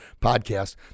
podcast